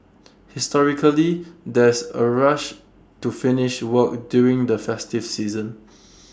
historically there's A rush to finish work during the festive season